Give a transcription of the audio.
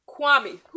Kwame